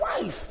wife